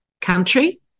country